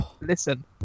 listen